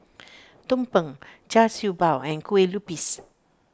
Tumpeng Char Siew Bao and Kueh Lupis